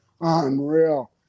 unreal